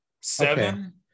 seven